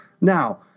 Now